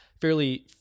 fairly